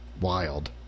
wild